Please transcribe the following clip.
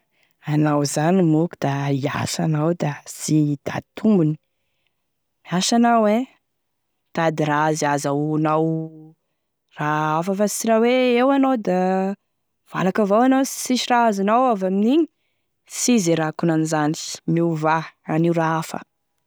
Anao zany moa ka da hiasa anao da sy hitady tombony, miasa anao e mitady raha ze hahazoanao raha hafa fa sy raha hoe eo anao da valaky avao sy misy raha azonao avy amin'igny, sy izy e raha ankonan'izany, miovà, anio raha hafa.